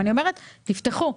אני אומרת: תפתחו.